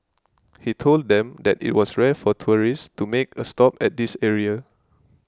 he told them that it was rare for tourists to make a stop at this area